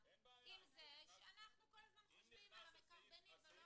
עם זה שאנחנו כל הזמן חושבים על הפושע ולא על הקורבן.